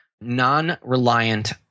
non-reliant